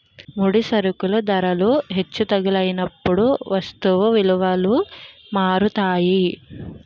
ముడి సరుకుల ధరలు హెచ్చు తగ్గులైనప్పుడు వస్తువు విలువలు మారుతాయి